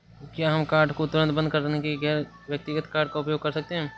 क्या हम कार्ड को तुरंत बंद करने के बाद गैर व्यक्तिगत कार्ड का उपयोग कर सकते हैं?